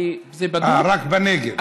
אה, רק בנגב.